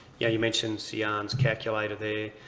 yeah you mentioned siyan's calculator there.